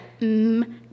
Mmm